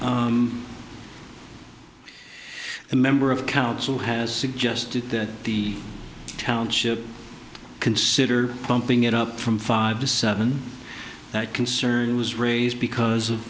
years a member of council has suggested that the township consider pumping it up from five to seven that concern was raised because of